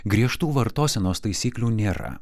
griežtų vartosenos taisyklių nėra